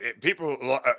people